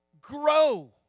Grow